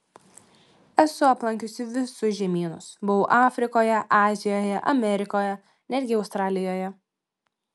esu aplankiusi visus žemynus buvau afrikoje azijoje amerikoje netgi australijoje